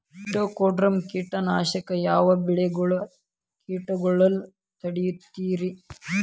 Trichoderma ಕೇಟನಾಶಕ ಯಾವ ಬೆಳಿಗೊಳ ಕೇಟಗೊಳ್ನ ತಡಿತೇತಿರಿ?